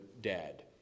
dead